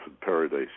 Paradise